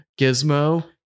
Gizmo